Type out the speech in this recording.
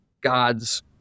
God's